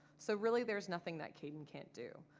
so really there's nothing that caden can't do.